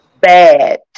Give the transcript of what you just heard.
bad